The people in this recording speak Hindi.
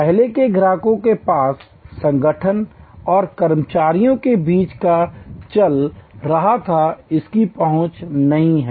पहले के ग्राहकों के पास संगठन और कर्मचारियों के बीच क्या चल रहा था इसकी पहुँच नहीं है